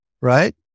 right